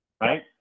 Right